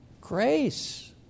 Grace